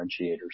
differentiators